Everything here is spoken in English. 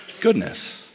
goodness